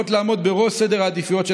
נעבור לרשימת הדוברים בהצעת החוק.